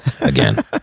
again